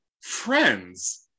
friends